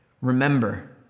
remember